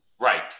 Right